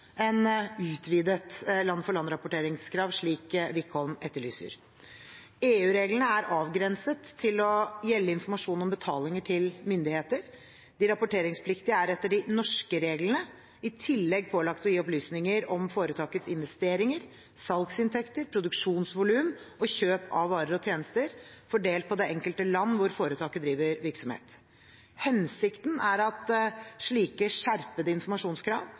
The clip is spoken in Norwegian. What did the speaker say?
utvidet land-for-land-rapporteringskrav, slik Wickholm etterlyser. EU-reglene er avgrenset til å gjelde informasjon om betalinger til myndigheter. De rapporteringspliktige er etter de norske reglene i tillegg pålagt å gi opplysninger om foretakets investeringer, salgsinntekter, produksjonsvolum og kjøp av varer og tjenester fordelt på de enkelte land hvor foretaket driver virksomhet. Hensikten er at slike skjerpede informasjonskrav